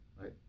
right